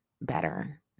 better